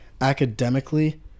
academically